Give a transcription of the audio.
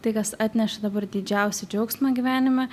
tai kas atneša dabar didžiausią džiaugsmą gyvenime